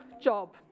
job